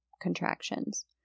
contractions